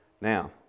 Now